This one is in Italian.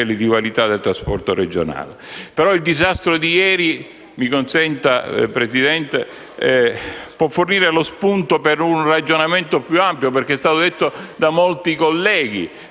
Il disastro di ieri, mi consenta, signor Presidente, può però fornire lo spunto per un ragionamento più ampio, perché è stato detto da molti colleghi